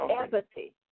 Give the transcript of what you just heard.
Empathy